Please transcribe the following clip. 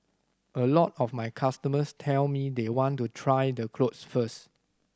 a lot of my customers tell me they want to try the clothes first